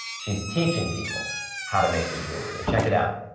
she's teaching people how to make the jewelry and check it out.